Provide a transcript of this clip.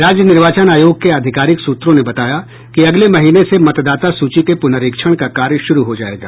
राज्य निर्वाचन आयोग के आधिकारिक सूत्रों ने बताया कि अगले महीने से मतदाता सूची के पुनरीक्षण का कार्य शुरू हो जायेगा